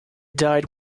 died